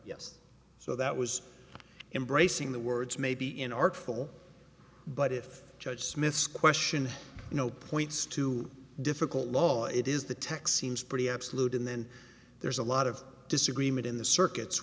yes so that was embracing the words maybe in artful but if judge smith's question you know points to difficult law it is the text seems pretty absolute and then there's a lot of disagreement in the circuits